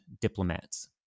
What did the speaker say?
diplomats